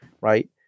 right